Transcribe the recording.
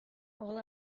all